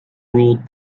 ruled